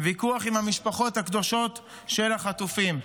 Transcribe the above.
ויכוח עם המשפחות הקדושות של החטופים.